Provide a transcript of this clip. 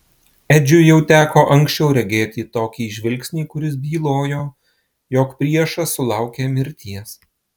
edžiui jau teko anksčiau regėti tokį žvilgsnį kuris bylojo jog priešas sulaukė mirties